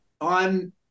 on